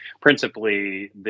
principally